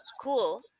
cool